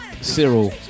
Cyril